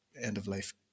end-of-life